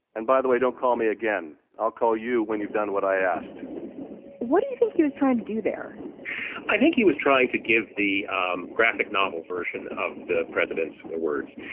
and by the way don't call me again. i'll call you when you've done what i asked what do you think he was trying to do there i think he was trying to give the um graphic novel version of the president's words.